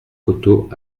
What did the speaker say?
coteau